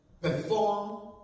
perform